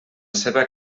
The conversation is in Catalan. seva